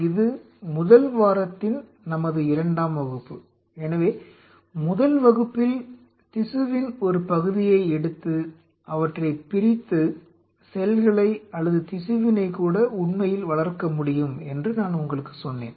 இது முதல் வாரத்தின் நமது இரண்டாம் வகுப்பு எனவே முதல் வகுப்பில் திசுவின் ஒரு பகுதியை எடுத்து அவற்றை பிரித்து செல்களை அல்லது திசுவினை கூட உண்மையில் வளர்க்க முடியும் என்று நான் உங்களுக்கு சொன்னேன்